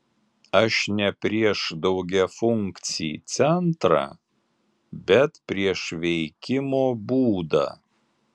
aš ne prieš daugiafunkcį centrą bet prieš veikimo būdą